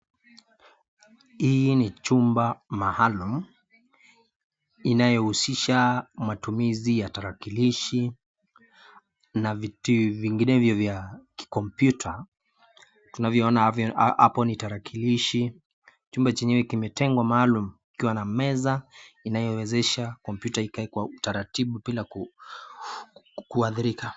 Hii ni chumba maalum inayousisha matumishi ya darakilishi na vitu vingine hiyo ya kompyuta tuvyoona hapo ni darakilishi chumba chenyewe imetengwa maalum ikiwa na meza inayowezesha kompyuta ikae taratibu bila kuathirika.